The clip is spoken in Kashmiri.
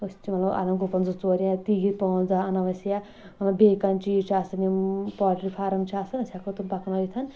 أسۍ چھِ مطلَب اَنو گُپن زٕ ژور یا تیٖر پانٛژھ دہ اَنو أسۍ یا بیٚیہِ کانٛہہ چیٖز چھُ آسان یِم پولٹری فارَم چھِ آسَن أسۍ ہٮ۪کو تِم پکنٲوِتھ